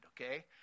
okay